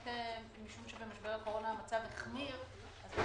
משום שבמשבר הקורונה המצב החמיר, אז מה